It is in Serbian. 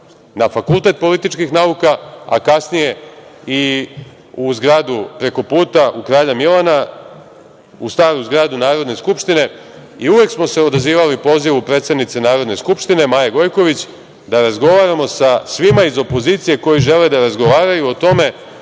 na Fakultetu političkih nauka, a kasnije i u zgradu preko puta, u Kralja Milana, u staru zgradu Narodne skupštine i uvek smo se odazivali pozivu predsednice Narodne skupštine, Maje Gojković, da razgovaramo sa svima iz opozicije koji žele da razgovaraju o tome